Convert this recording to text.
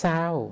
Sao